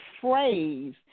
phrase